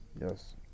yes